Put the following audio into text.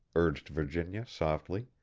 urged virginia, softly.